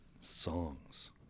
songs